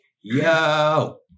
yo